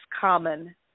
common